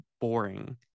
boring